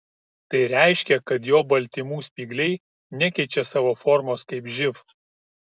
tai reiškia kad jo baltymų spygliai nekeičia savo formos kaip živ